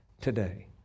today